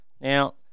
Now